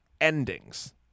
endings